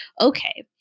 Okay